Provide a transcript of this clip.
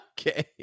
okay